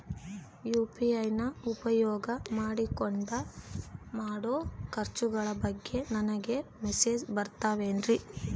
UPI ನ ಉಪಯೋಗ ಮಾಡಿಕೊಂಡು ಮಾಡೋ ಖರ್ಚುಗಳ ಬಗ್ಗೆ ನನಗೆ ಮೆಸೇಜ್ ಬರುತ್ತಾವೇನ್ರಿ?